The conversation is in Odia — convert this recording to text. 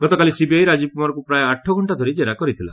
ଗତକାଲି ସିବିଆଇ ରାଜୀବ କୁମାରଙ୍କୁ ପ୍ରାୟ ଆଠଘଣ୍ଟା ଧରି କେରା କରିଥିଲା